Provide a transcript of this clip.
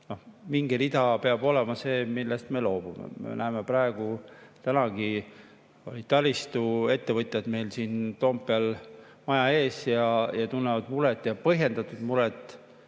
Mingi rida peab olema, millest me loobume. Me näeme, et tänagi olid taristuettevõtjad meil siin Toompeal maja ees ja nemad tunnevad muret, põhjendatud muret,